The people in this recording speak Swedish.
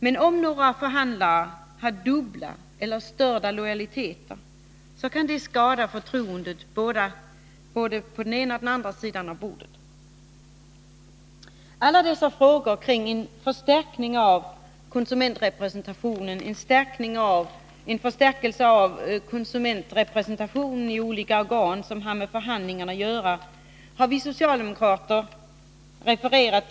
Men om några förhandlare har dubbla eller störda lojaliteter kan det skada förtroendet på både den ena och den andra sidan av bordet. Vi socialdemokrater har i reservation 3 refererat till alla dessa frågor kring en förstärkning av konsumentrepresentationen i olika organ som har med förhandlingar att göra.